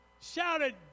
shouted